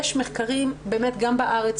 יש מחקרים שנעשו גם בארץ,